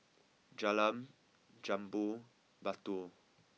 Jalan Jambu Batu